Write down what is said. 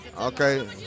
Okay